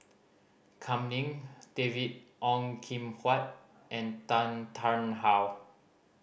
Kam Ning David Ong Kim Huat and Tan Tarn How